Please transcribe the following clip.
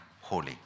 holy